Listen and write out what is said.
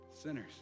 sinners